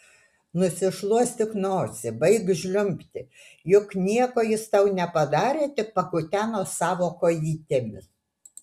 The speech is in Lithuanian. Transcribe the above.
nusišluostyk nosį baik žliumbti juk nieko jis tau nepadarė tik pakuteno savo kojytėmis